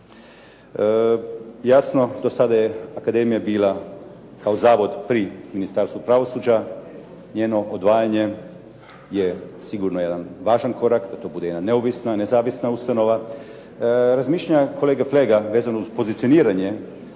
Jasno do sada je akademija bila kao zavod pri Ministarstvu pravosuđa. Njeno odvajanje je sigurno jedan važan korak da to bude jedna neovisna, nezavisna ustanova. Razmišljanja kolege Flega vezano uz pozicioniranje